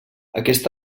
aquest